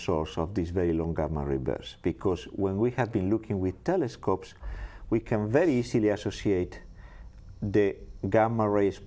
source of these very long government rivers because when we have been looking with telescopes we can very easily associate gamma rays